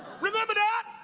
remember that?